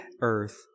earth